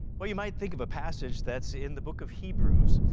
well you might think of a passage that's in the book of hebrews.